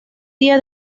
día